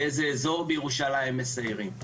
באיזה אזור בירושלים מסיירים.